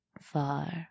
far